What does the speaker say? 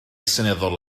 seneddol